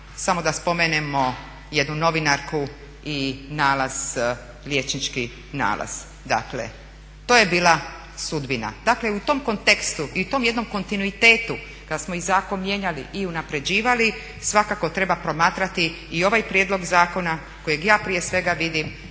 Samo da spomenemo jednu novinarku i nalaz, liječnički nalaz, dakle to je bila sudbina. Dakle u tom kontekstu i u tom jednom kontinuitetu kada smo i zakon mijenjali i unapređivali svakako treba promatrati i ovaj prijedlog zakona kojeg ja prije svega vidim